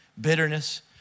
bitterness